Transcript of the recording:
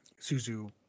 Suzu